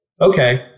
Okay